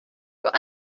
got